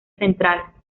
central